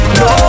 no